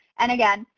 and again,